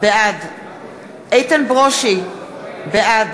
בעד איתן ברושי, בעד